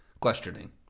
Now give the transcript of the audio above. questioning